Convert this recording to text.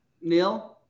neil